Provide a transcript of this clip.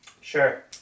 Sure